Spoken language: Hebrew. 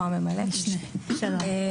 שלום.